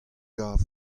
gav